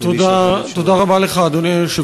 למי שהוא